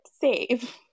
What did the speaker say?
save